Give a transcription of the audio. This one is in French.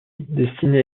destiné